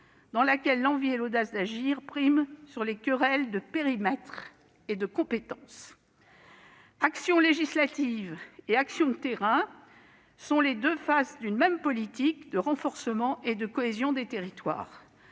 dans laquelle l'envie et l'audace d'agir priment les querelles de périmètres et de compétences. Action législative et action de terrain sont les deux faces d'une même politique de renforcement et de cohésion de nos territoires.